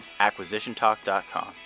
acquisitiontalk.com